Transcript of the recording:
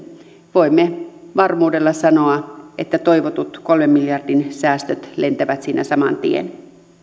voimme varmuudella sanoa että toivotut kolmen miljardin säästöt lentävät siinä saman tien